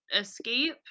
escape